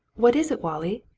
what is it, wallie?